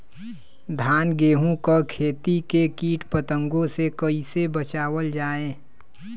धान गेहूँक खेती के कीट पतंगों से कइसे बचावल जाए?